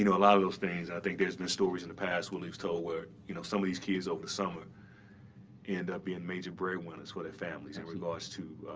you know a lot of those things and i think there's been stories in the past willie was told where you know some of these kids over the summer end up being major bread winners for their families in regards to